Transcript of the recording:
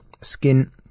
Skin